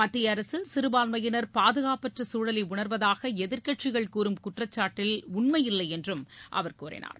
மத்திய அரசில் சிறுபான்மையினர் பாதுகாப்பற்ற சூழலை உணர்வதாக எதிர்க்கட்சிகள் கூறும் குற்றச்சாட்டில் உண்மையில்லை என்றும் அவர் கூறினார்